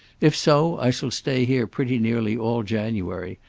if so i shall stay here pretty nearly all january,